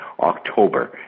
October